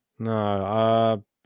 No